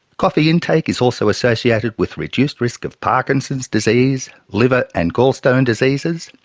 coffee intake is also associated with reduced risk of parkinson's disease, liver and gallstone diseases,